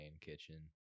kitchen